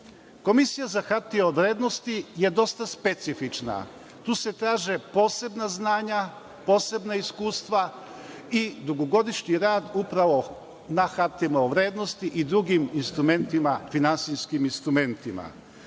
Komisija za hartije od vrednosti je dosta specifična. Tu se traže posebna znanja, posebna iskustva i dugogodišnji rad upravo na hartijama od vrednosti i drugim finansijskim instrumentima. Teško